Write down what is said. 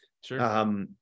Sure